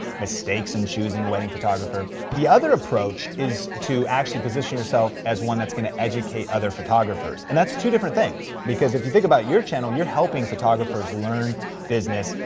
mistakes in choosing a wedding photographer. the other approach is to actually position yourself as one that's gonna educate other photographers, and that's two different things, because if you think about your channel, you're helping photographers learn business.